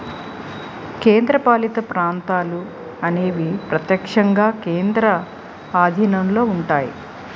కేంద్రపాలిత ప్రాంతాలు అనేవి ప్రత్యక్షంగా కేంద్రం ఆధీనంలో ఉంటాయి